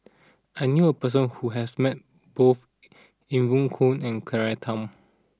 I knew a person who has met both Evon Kow and Claire Tham